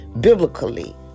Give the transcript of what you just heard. biblically